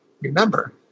remember